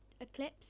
Eclipse